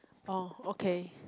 oh okay